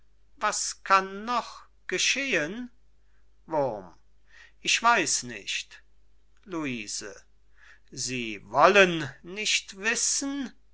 sein was kann noch geschehen wurm ich weiß nicht luise sie wollen nicht wissen